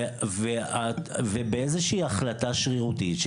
באיזושהי החלטה שרירותית,